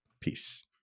Peace